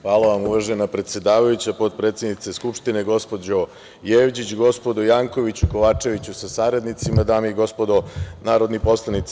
Hvala vam, uvažena predsedavajuća, potpredsednice Skupštine gospođo Jevđić, gospodo Jankoviću i Kovačeviću sa saradnicima, dame i gospodo narodni poslanici.